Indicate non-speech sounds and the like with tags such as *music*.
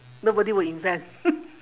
nobody will invent *laughs*